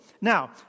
Now